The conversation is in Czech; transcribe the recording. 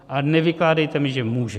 A nevykládejte mi, že může.